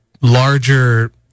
larger